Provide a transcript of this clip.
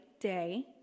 day